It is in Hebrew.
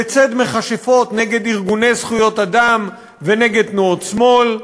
לציד מכשפות נגד ארגוני זכויות אדם ונגד תנועות שמאל.